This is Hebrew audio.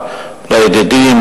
לידידים,